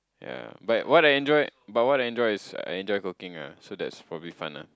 ya but what I enjoy but what I enjoy is I enjoy cooking ah so that's probably fun ah